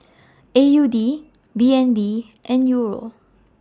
A U D B N D and Euro